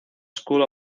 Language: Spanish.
school